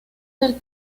del